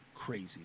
Crazy